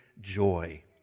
joy